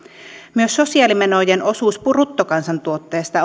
myös sosiaalimenojen osuus bruttokansantuotteesta